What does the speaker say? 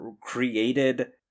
created